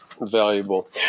valuable